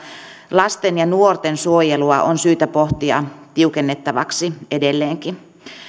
lasten ja nuorten suojelua on syytä pohtia tiukennettavaksi edelleenkin